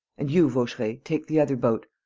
and you, vaucheray, take the other boat.